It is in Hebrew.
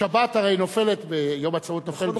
שבת הרי נופלת, הרי יום העצמאות נופל בשבת.